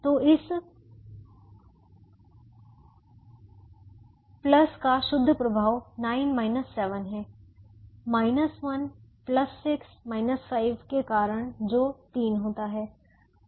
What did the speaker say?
तो इस का शुद्ध प्रभाव 9 7 है 16 5 के कारण जो 3 होता है